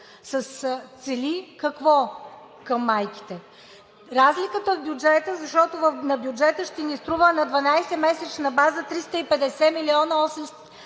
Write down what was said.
цели към майките?! Разликата в бюджета,– защото на бюджета ще ни струва на 12-месечна база 350 млн. 177